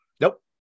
Nope